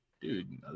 Dude